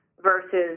Versus